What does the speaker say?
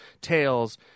tails